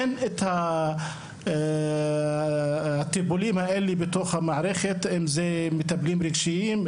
אין את הטיפולים האלה בתוך המערכת אם אלו מטפלים רגשיים,